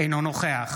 אינו נוכח